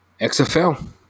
XFL